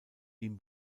ihm